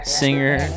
singer